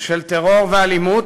של טרור ואלימות,